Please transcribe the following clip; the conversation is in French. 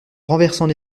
renversant